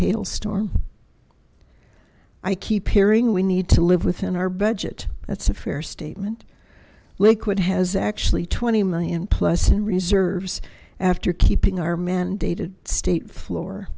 hail storm i keep hearing we need to live within our budget that's a fair statement liquid has actually twenty million plus in reserves after keeping our mandated state floor